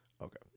Okay